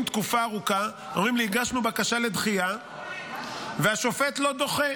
תקופה ארוכה ואומרים לי: הגשנו בקשה לדחייה והשופט לא דוחה.